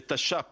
בתש"פ